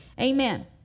Amen